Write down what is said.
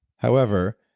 however,